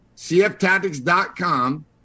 cftactics.com